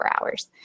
hours